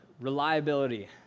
reliability